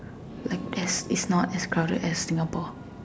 like there's not as crowded as Singapore